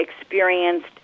experienced